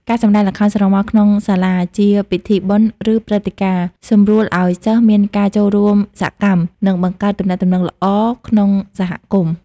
ការសម្តែងល្ខោនស្រមោលក្នុងសាលា ជាពិធីបុណ្យ ឬព្រឹត្តិការណ៍ សំរួលឲ្យសិស្សមានការចូលរួមសកម្ម និងបង្កើតទំនាក់ទំនងល្អក្នុង សហគមន៍។